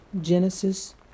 Genesis